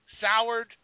soured